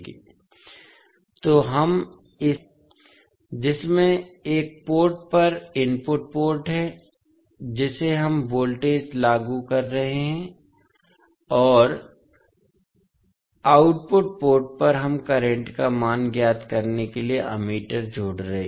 तो हम इसे इस आंकड़े की सहायता से समझ सकते हैं जिसमें एक पोर्ट पर इनपुट पोर्ट है जिसे हम वोल्टेज लागू कर रहे हैं और आउटपुट पोर्ट पर हम करंट का मान ज्ञात करने के लिए अमीटर जोड़ रहे हैं